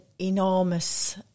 enormous